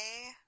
okay